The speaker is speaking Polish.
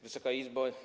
Wysoka Izbo!